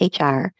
HR